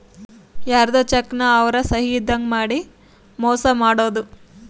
ಯಾರ್ಧೊ ಚೆಕ್ ನ ಅವ್ರ ಸಹಿ ಇದ್ದಂಗ್ ಮಾಡಿ ಮೋಸ ಮಾಡೋದು